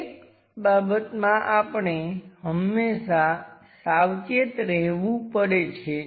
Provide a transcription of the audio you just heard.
એક બાબતમાં આપણે હંમેશા સાવચેત રહેવું પડે છે